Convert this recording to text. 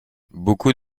beaucoup